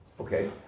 okay